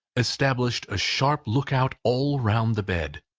established a sharp look-out all round the bed.